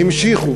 המשיכו.